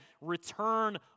return